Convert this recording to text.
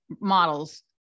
models